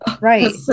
right